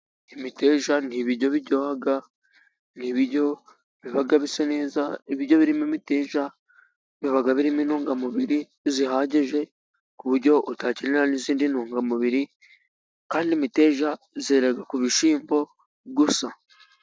Imiteja ni ibiryo biryoha, ni ibiryo biba bisa neza, ibiryo birimo imiteja biba birimo intungamubiri zihagije ku buryo utakenera n'izindi ntungamubiri, kandi imiteja yera ku bishyimbo gusa.